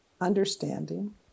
understanding